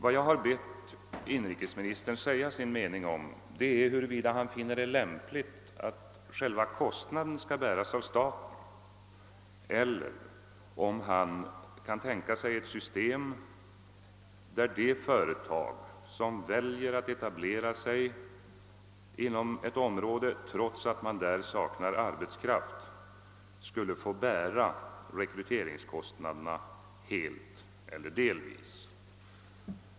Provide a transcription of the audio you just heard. Vad jag har bett inrikesministern säga sin mening om är huruvida han finner det lämpligt att själva kostnaden skall bäras av staten eller om han kan tänka sig ett system där de företag som väljer att etablera sig inom ett område, trots att man där saknar arbetskraft, skulle få bära rekryteringskostnaderna helt eller delvis.